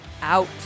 out